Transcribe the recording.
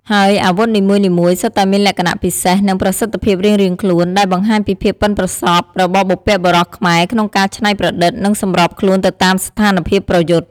ហើយអាវុធនីមួយៗសុទ្ធតែមានលក្ខណៈពិសេស និងប្រសិទ្ធភាពរៀងៗខ្លួន ដែលបង្ហាញពីភាពប៉ិនប្រសប់របស់បុព្វបុរសខ្មែរក្នុងការច្នៃប្រឌិត និងសម្របខ្លួនទៅតាមស្ថានភាពប្រយុទ្ធ។